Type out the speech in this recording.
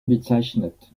bezeichnet